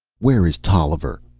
where is tolliver?